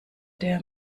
der